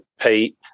Pete